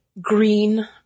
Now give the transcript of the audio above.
green